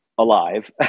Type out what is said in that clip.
alive